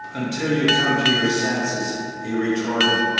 until you come to your senses! he retorted,